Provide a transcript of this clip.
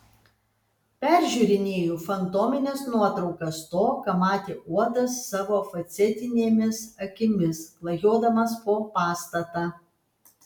peržiūrinėju fantomines nuotraukas to ką matė uodas savo facetinėmis akimis klajodamas po pastatą